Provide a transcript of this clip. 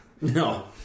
No